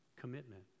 commitment